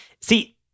See –